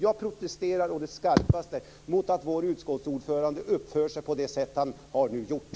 Jag protesterar å det skarpaste mot att vår utskottsordförande uppför sig på det sätt han har gjort.